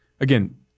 again